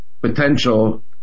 potential